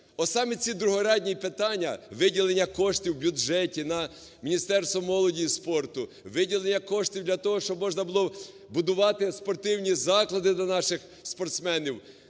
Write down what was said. От саме ці другорядні питання: виділення коштів в бюджеті на Міністерство молоді і спорту, виділення коштів для того, щоб можна було будувати спортивні заклади для наших спортсменів